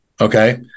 Okay